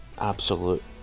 absolute